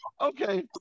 Okay